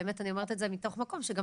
באמת אני אומרת את זה בתוך מקום שגם